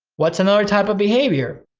what's another type of behavior.